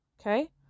Okay